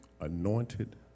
Anointed